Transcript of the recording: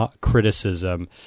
criticism